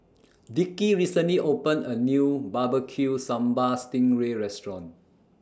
Dickie recently opened A New Barbecue Sambal Sting Ray Restaurant